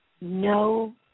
no